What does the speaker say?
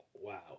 Wow